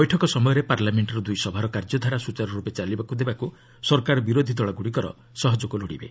ବୈଠକ ସମୟରେ ପାର୍ଲାମେକ୍ଷର ଦୁଇ ସଭାର କାର୍ଯ୍ୟଧାରା ସୁଚାରୁରୂପେ ଚାଲିବାକୁ ଦେବାକୁ ସରକାର ବିରୋଧି ଦଳଗୁଡ଼ିକର ସହଯୋଗ ଲୋଡ଼ିବେ